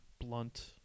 blunt